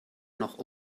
noch